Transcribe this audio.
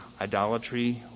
idolatry